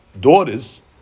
daughters